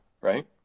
right